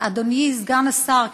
אדוני סגן השר,